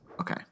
Okay